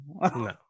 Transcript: no